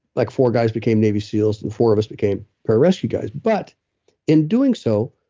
like four guys became navy seals and four of us became pararescue guys but in doing so,